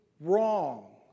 wrong